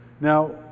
now